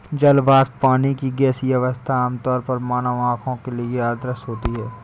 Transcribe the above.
जल वाष्प, पानी की गैसीय अवस्था, आमतौर पर मानव आँख के लिए अदृश्य होती है